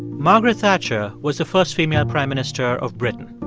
margaret thatcher was the first female prime minister of britain.